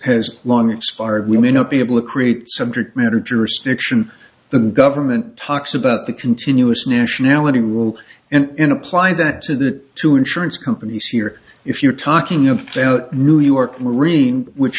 has long expired we may not be able to create subject matter jurisdiction the government talks about the continuous nationality rule and in apply that to the two insurance companies here if you're talking about new york marine which